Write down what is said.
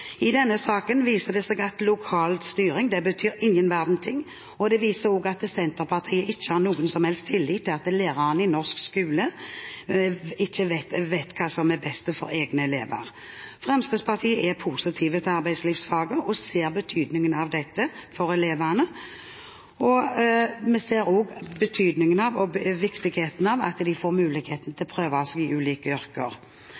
I denne saken viser det seg at lokal styring betyr ingen verdens ting. Det viser også at Senterpartiet ikke har noen som helst tillit til at lærerne i norsk skole vet hva som er best for egne elever. Fremskrittspartiet er positiv til arbeidslivsfaget og ser betydningen av dette for elevene. Vi ser også betydningen av og viktigheten av at de får muligheten til å prøve seg i ulike yrker,